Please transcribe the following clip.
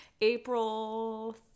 April